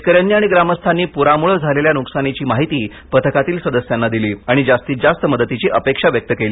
शेतकऱ्यांनी आणि ग्रामस्थांनी पुरामुळे झालेल्या नुकसानाची माहिती पथकातील सदस्यांना दिली आणि जास्तीत जास्त मदतीची अपेक्षा व्यक्त केली